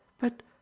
But